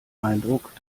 eindruck